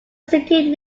city